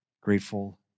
Grateful